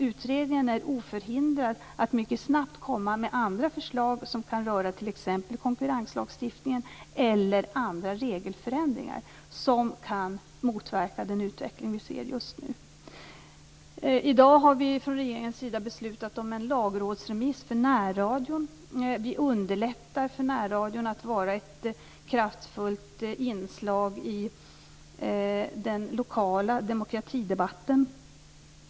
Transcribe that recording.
Utredningen är oförhindrad att mycket snabbt komma med andra förslag som kan röra t.ex. konkurrenslagstiftningen eller andra regelförändringar som kan motverka den utveckling som vi ser just nu. I dag har regeringen beslutat om en lagrådsremiss för närradion som underlättar för närradion att vara ett kraftfullt inslag i den lokala demokratidebatten.